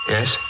Yes